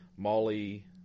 Molly